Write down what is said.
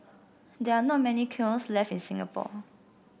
there are not many kilns left in Singapore